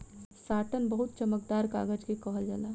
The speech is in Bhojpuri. साटन बहुत चमकदार कागज के कहल जाला